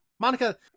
Monica